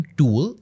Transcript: tool